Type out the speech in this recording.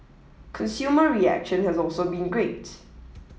consumer reaction has also been great